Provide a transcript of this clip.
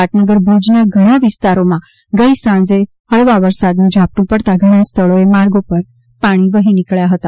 પાટનગર ભૂજના ઘણા વિસ્તારોમાં ગઈ સાંજે હળવા વરસાદનું ઝાપ્ટું પડતા ઘણા સ્થળોએ માર્ગો પર પાણી વહી નીકળ્યા હતા